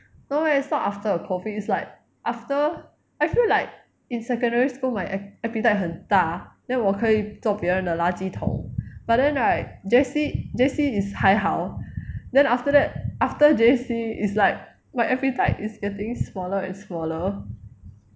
no leh it's not after a coffee is like after I feel like in secondary school my appetite 很大 then 我可以做别人的垃圾桶 but then right J_C J_C is 还好 then after that after J_C it's like my appetite is getting smaller and smaller